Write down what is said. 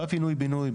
בפינוי בינוי,